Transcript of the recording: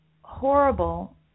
horrible